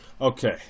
Okay